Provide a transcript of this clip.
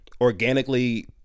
organically